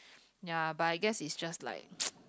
ya but I guess it's just like